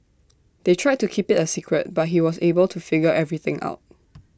they tried to keep IT A secret but he was able to figure everything out